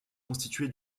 constitué